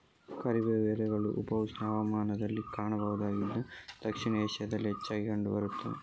ಕರಿಬೇವು ಎಲೆಗಳು ಉಪ ಉಷ್ಣ ಹವಾಮಾನದಲ್ಲಿ ಕಾಣಬಹುದಾಗಿದ್ದು ದಕ್ಷಿಣ ಏಷ್ಯಾದಲ್ಲಿ ಹೆಚ್ಚಾಗಿ ಕಂಡು ಬರುತ್ತವೆ